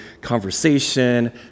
conversation